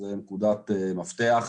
זו נקודת מפתח.